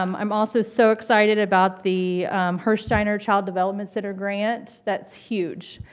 um i'm also so excited about the hiersteiner child development center grant. that's huge!